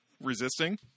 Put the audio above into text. resisting